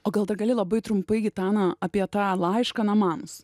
o gal dar gali labai trumpai gitana apie tą laišką namams